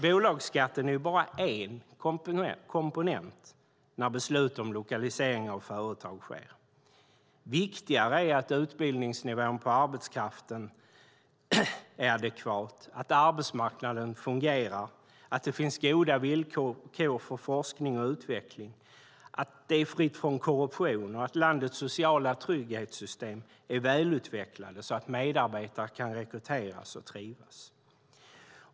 Bolagsskatten är nämligen bara en komponent när beslut om lokalisering av företag sker. Viktigare är att utbildningsnivån på arbetskraften är adekvat, att arbetsmarknaden fungerar, att det finns goda villkor för forskning och utveckling, att det är fritt från korruption och att landets sociala trygghetssystem är välutvecklade så att medarbetare kan rekryteras och trivas.